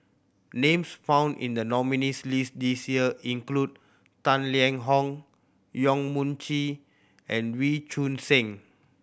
names found in the nominees' list this year include Tang Liang Hong Yong Mun Chee and Wee Choon Seng